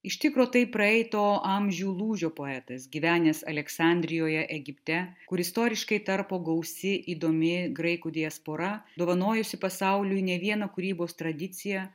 iš tikro tai praeito amžių lūžio poetas gyvenęs aleksandrijoje egipte kur istoriškai tarpo gausi įdomi graikų diaspora dovanojusi pasauliui ne vieną kūrybos tradiciją